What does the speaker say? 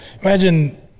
imagine